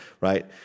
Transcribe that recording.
right